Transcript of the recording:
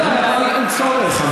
אבל אין צורך.